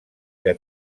que